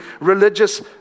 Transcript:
religious